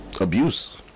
abuse